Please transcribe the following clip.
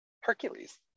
hercules